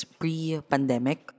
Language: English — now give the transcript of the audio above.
pre-pandemic